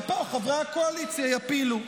ופה חברי הקואליציה יפילו.